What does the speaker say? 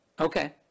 okay